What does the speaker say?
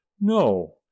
No